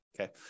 okay